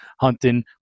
hunting